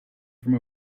from